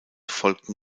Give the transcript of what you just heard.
folgten